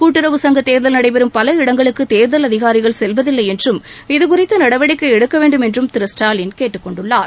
கூட்டுறவு சங்கத் தேர்தல் நடைபெறும் பல இடங்களுக்கு தேர்தல் அதிகாரிகள் செல்வதில்லை என்றும் இதுகுறித்து நடவடிக்கை எடுக்க வேண்டும் என்று திரு ஸ்டாலின் கேட்டுக்கொண்டுள்ளார்